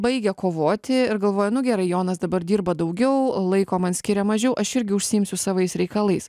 baigia kovoti ir galvoja nu gerai jonas dabar dirba daugiau laiko man skiria mažiau aš irgi užsiimsiu savais reikalais